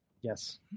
Yes